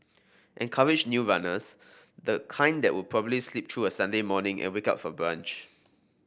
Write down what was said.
encourage new runners the kind that would probably sleep through a Sunday morning and wake up for brunch